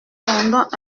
pendant